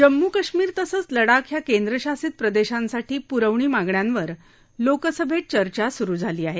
जम्मू कश्मीर तसंच लडाख या केंद्रशासित प्रदेशांसाठी पुरवणी मागण्यांवर लोकसभेत चर्चा सुरु झाली आहे